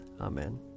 Amen